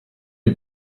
die